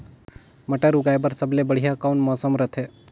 मटर उगाय बर सबले बढ़िया कौन मौसम रथे?